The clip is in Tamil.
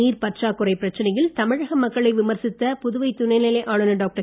நீர் பற்றாக்குறை பிரச்சனையில் தமிழக மக்களை விமர்சித்த புதுவை துணைநிலை ஆளுனர் டாக்டர்